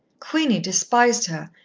queenie despised her,